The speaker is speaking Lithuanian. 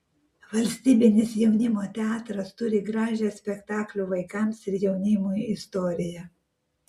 valstybinis jaunimo teatras turi gražią spektaklių vaikams ir jaunimui istoriją